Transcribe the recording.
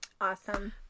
Awesome